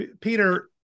Peter